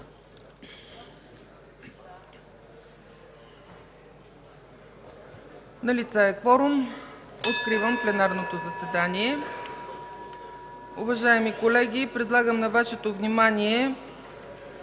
Налице е кворум, откривам пленарното заседание. Уважаеми колеги, предлагам на Вашето внимание